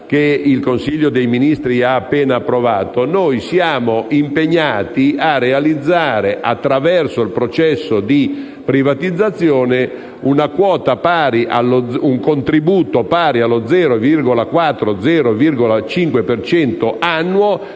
il Consiglio dei ministri ha appena approvato), sapete che noi siamo impegnati a realizzare, attraverso il processo di privatizzazione, un contributo pari allo 0,4-0,5 per